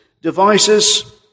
devices